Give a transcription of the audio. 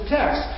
text